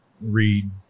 read